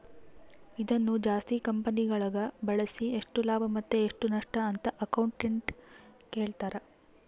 ಇದನ್ನು ಜಾಸ್ತಿ ಕಂಪೆನಿಗಳಗ ಬಳಸಿ ಎಷ್ಟು ಲಾಭ ಮತ್ತೆ ಎಷ್ಟು ನಷ್ಟಅಂತ ಅಕೌಂಟೆಟ್ಟ್ ಹೇಳ್ತಾರ